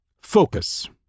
Focus